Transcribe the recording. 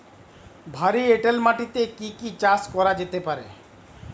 ভারী এঁটেল মাটিতে কি কি চাষ করা যেতে পারে?